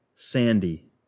sandy